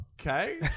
okay